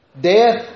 Death